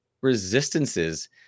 resistances